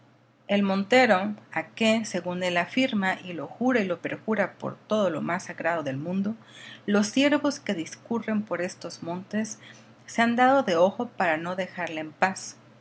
el montero a que según él afirma y lo jura y lo perjura por todo lo más sagrado del mundo los ciervos que discurren por estos montes se han dado de ojo para no dejarle en paz